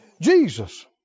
Jesus